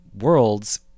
worlds